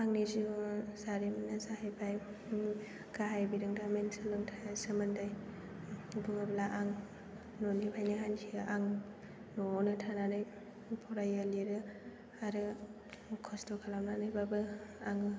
आंनि जिउ जारिमिना जाहैबाय गाहाय बिरांदामिन सोमोन्दै बुङोब्ला आं न'निफ्रायनो हान्थियो आं न'आवनो थानानै फरायो लिरो आरो मुखास्थ' खालामनानैबाबो आं